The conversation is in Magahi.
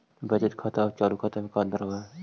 बचत खाता और चालु खाता में का अंतर होव हइ?